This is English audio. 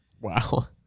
Wow